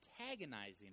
antagonizing